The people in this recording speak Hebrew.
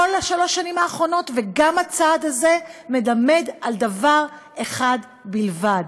כל שלוש השנים האחרונות וגם הצעד הזה מלמדים על דבר אחד בלבד: